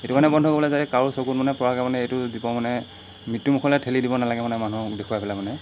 এইটো কাৰণে বন্ধ কৰিব লাগে যাতে কাৰো চকুত মানে পৰাকৈ মানে এইটো দিব মানে মৃত্যু মুখলৈ ঠেলি দিব নালাগে মানে মানুহক দেখুৱাই পেলাই মানে